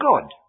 God